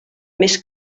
més